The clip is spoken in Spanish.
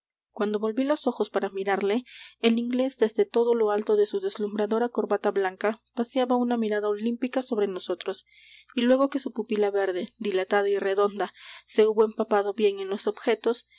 cuando volví los ojos para mirarle el inglés desde todo lo alto de su deslumbradora corbata blanca paseaba una mirada olímpica sobre nosotros y luego que su pupila verde dilatada y redonda se hubo empapado bien en los objetos